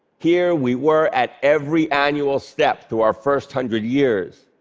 here we were at every annual step through our first hundred years.